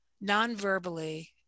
non-verbally